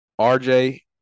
RJ